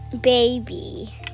baby